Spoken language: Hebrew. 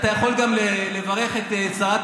אתה יכול גם לברך את השרה,